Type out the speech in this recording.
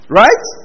right